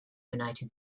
united